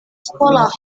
sekolah